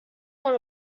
not